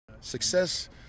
Success